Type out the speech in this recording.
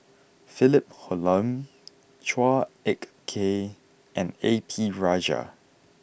Philip Hoalim Chua Ek Kay and A P Rajah